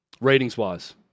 ratings-wise